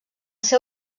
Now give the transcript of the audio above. seu